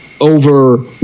Over